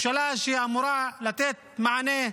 לא מצליח.